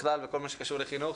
בכלל בכל מה שקשור לחינוך,